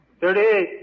Thirty